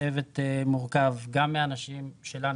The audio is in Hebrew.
שהצוות מורכב גם מאנשים שלנו,